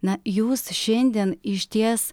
na jūs šiandien išties